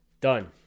Done